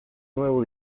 nuevo